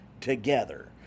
together